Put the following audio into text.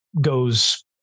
goes